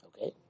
Okay